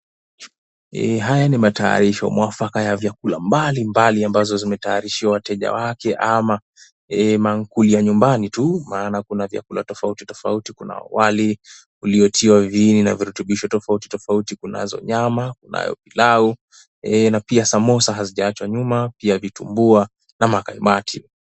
Haya ni matayarisho mwafaka ya vyakula mbalimbali ambazo zimetayarishiwa wateja wake ama manguli ya nyumbani tu maana kuna vyakula tofauti tofauti kuna wali uliotiwa viini na virutubisho tofauti tofauti kunazo nyama, kunayo pilau na pia samosa hazijaachwa nyuma pia vitumbua na makalmati.